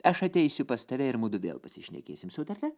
aš ateisiu pas tave ir mudu vėl pasišnekėsim sutarta